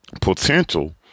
potential